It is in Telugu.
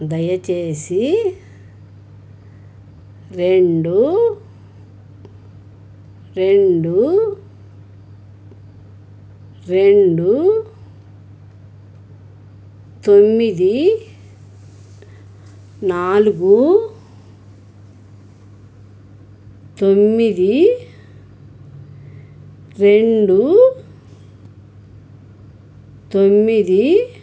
దయచేసి రెండు రెండు రెండు తొమ్మిది నాలుగు తొమ్మిది రెండు తొమ్మిది